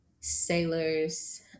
sailors